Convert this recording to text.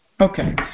Okay